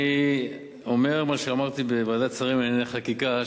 אני אומר מה שאמרתי בוועדת שרים לענייני חקיקה,